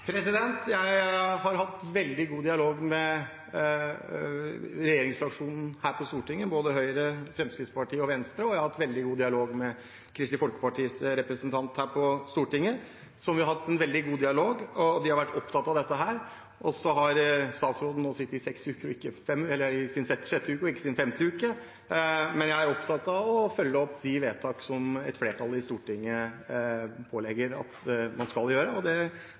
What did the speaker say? Jeg har hatt en veldig god dialog med regjeringsfraksjonen her på Stortinget, både Høyre, Fremskrittspartiet og Venstre, og jeg har hatt en veldig god dialog med Kristelig Folkepartis representant for dette her på Stortinget. Vi har hatt en veldig god dialog, og de har vært opptatt av dette. Statsråden er nå inne i sin sjette uke, ikke i sin femte uke, men er opptatt av å følge opp de vedtakene som flertallet i Stortinget fatter, og det kommer han til å fortsette å gjøre. Jeg er veldig glad for at man